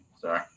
Sorry